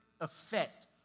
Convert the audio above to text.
effect